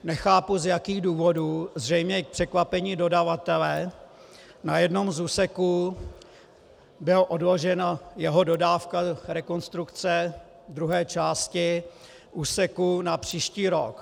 Nechápu, z jakých důvodů, zřejmě k překvapení dodavatele, na jednom z úseků byla odložena jeho dodávka rekonstrukce druhé části úseku na příští rok.